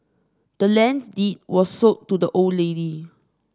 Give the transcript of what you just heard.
the land's deed was sold to the old lady